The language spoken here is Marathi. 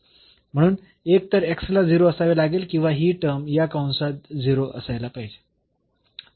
म्हणून एकतर ला 0 असावे लागेल किंवा ही टर्म या कंसात 0 असायला पाहिजे